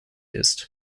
ist